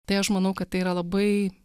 tai aš manau kad tai yra labai